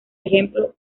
ejemplo